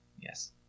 Yes